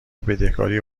بدهکاری